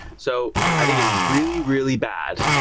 so i think it is really, really bad,